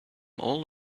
all